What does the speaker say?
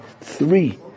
three